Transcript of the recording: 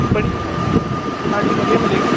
बड़ी हाँ जी बढ़िया मिलेगी